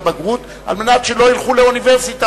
בגרות על מנת שלא ילכו לאוניברסיטה,